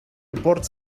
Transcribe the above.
report